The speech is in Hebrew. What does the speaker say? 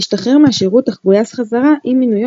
השתחרר מהשירות אך גויס חזרה עם מינויו